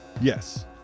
Yes